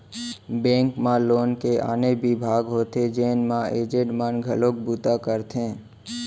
bank म loan के आने बिभाग होथे जेन म एजेंट मन घलोक बूता करथे